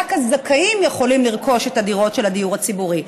רק הזכאים יכולים לרכוש את הדירות של הדיור הציבורי.